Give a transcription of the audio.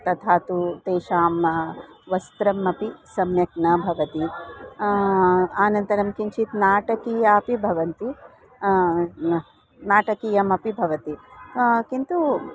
तथा तु तेषां वस्त्रम् अपि सम्यक् न भवति अनन्तरं किञ्चित् नाटकीयमपि भवति न नाटकीयमपि भवति किन्तु